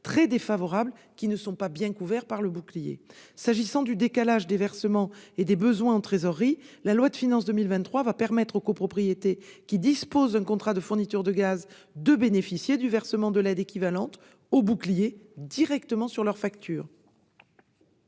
très défavorables, et qui ne sont pas bien couverts par le bouclier. S'agissant du décalage entre les versements et les besoins en trésorerie, la loi de finances pour 2023 va permettre aux copropriétés disposant d'un contrat de fourniture de gaz de bénéficier du versement de l'aide équivalente aux boucliers directement sur leur facture.